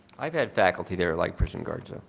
i've had faculty there like prison guards though.